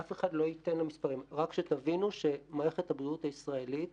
אף אחד לא ייתן למספרים רק שתבינו שמערכת הבריאות הישראלית,